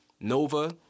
Nova